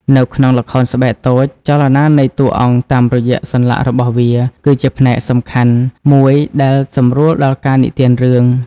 នៅក្នុងល្ខោនស្បែកតូច ចលនានៃតួអង្គតាមរយៈសន្លាក់របស់វា គឺជាផ្នែកសំខាន់មួយដែលសម្រួលដល់ការនិទានរឿង។